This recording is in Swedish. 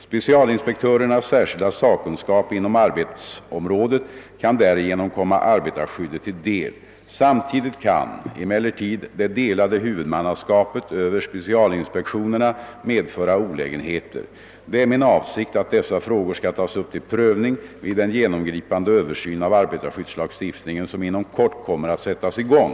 <Specialinspektörernas särskilda sakkunskap inom arbetsområdet kan därigenom komma arbetarskyddet till del. Samtidigt kan emellertid det delade huvudmannaskapet över specialinspektionerna medföra olägenheter. Det är min avsikt att dessa frågor skall tas upp till prövning vid den genomgripande översyn av arbetarskyddslagstiftningen som inom kort kommer att sättas i gång.